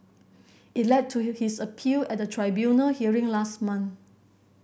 it led to his appeal at a tribunal hearing last month